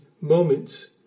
moments